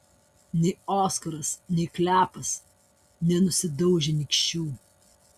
nei oskaras nei klepas nenusidaužė nykščių